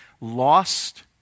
lost